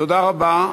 תודה רבה.